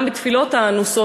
גם בתפילות האנוסות,